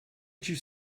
you